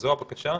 זו הבקשה.